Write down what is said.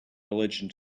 religion